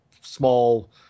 small